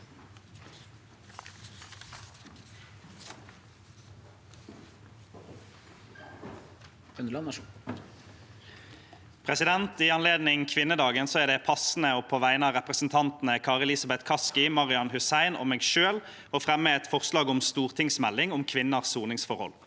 I anled- ning kvinnedagen er det passende, på vegne av representantene Kari Elisabeth Kaski, Marian Hussein og meg selv, å fremme et forslag om en stortingsmelding om kvinners soningsforhold.